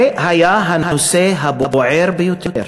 זה היה הנושא הבוער ביותר.